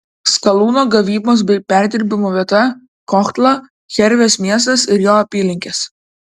skalūno gavybos bei perdirbimo vieta kohtla jervės miestas ir jo apylinkės